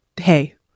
Hey